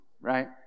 right